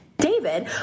David